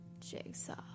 Jigsaw